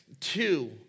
two